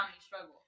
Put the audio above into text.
struggle